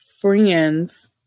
friends